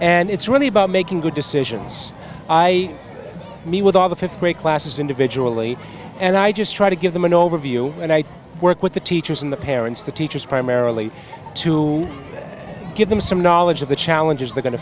and it's really about making good decisions i mean with all the th grade classes individually and i just try to give them an overview and i work with the teachers and the parents the teachers primarily to give them some knowledge of the challenges they